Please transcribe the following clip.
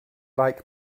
like